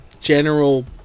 general